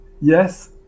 yes